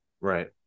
Right